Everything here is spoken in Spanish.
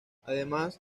además